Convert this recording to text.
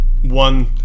one